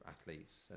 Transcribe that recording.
athletes